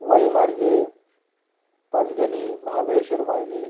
वाईमार्गे पाचगणी महाबळेश्वर मार्गे